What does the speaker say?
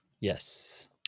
Yes